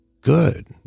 Good